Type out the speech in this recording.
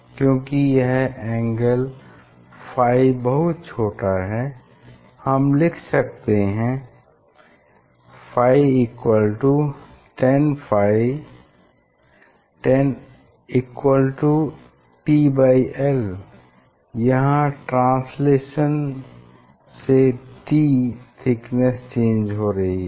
क्योंकि यह angle phi बहुत छोटा है हम लिख सकते सकते हैं phi tan phi t l यहाँ l ट्रांसलेशन से t थिकनेस चेंज हो रहा है